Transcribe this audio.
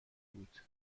بود